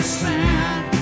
sand